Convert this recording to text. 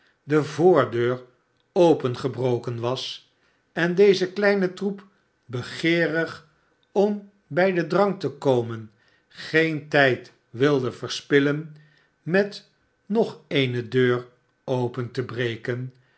de voordeur opengebroken was en deze kleine troep begeeng om bij den drank te komen geen tijd wilde verspillen met nog eene deur open te breken